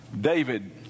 david